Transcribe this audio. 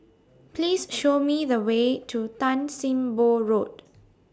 Please Show Me The Way to Tan SIM Boh Road